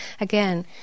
Again